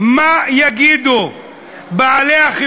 ואני הכול יכול, העדר ירוץ אחרי.